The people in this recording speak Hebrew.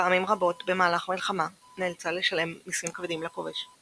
ופעמים רבות במהלך המלחמה נאלצה לשלם מיסים כבדים לכובש.